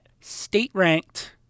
state-ranked